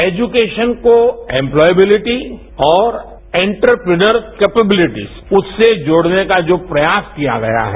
education को employability और entrepreneur capabilities उससे जोड़ने का जो प्रयास किया गया है